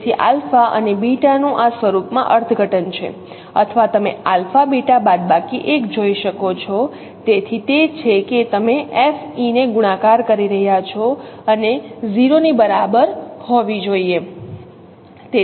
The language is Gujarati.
તેથી આલ્ફા અને બીટાનું આ સ્વરૂપમાં અર્થઘટન છે અથવા તમે આલ્ફા બીટા બાદબાકી 1 જોઈ શકો છો તેથી તે છે કે તમે F e ને ગુણાકાર કરી રહ્યાં છો અને 0 ની બરાબર હોવી જોઈએ